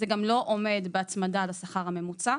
זה גם לא עומד בהצמדה לשכר הממוצע.